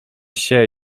się